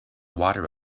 water